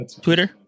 Twitter